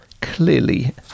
clearly